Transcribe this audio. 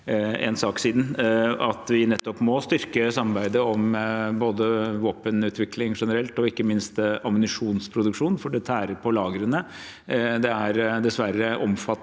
én sak siden, at vi må styrke samarbeidet om både våpenutvikling generelt og ikke minst om ammunisjonsproduksjon, for det tæres på lagrene. Det er dessverre omfattende